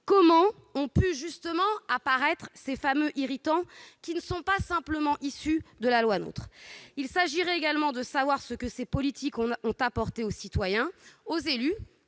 comment ont pu apparaître ces fameux irritants, qui ne sont pas simplement issus de la loi NOTRe. Il conviendrait également de savoir ce que ces politiques ont apporté aux citoyens, aux élus,